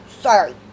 sorry